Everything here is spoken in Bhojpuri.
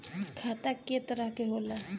खाता क तरह के होला?